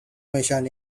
mission